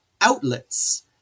outlets